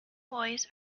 boys